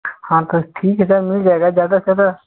हाँ सर ठीक है सर मिल जाएगा ज़्यादा से ज़्यादा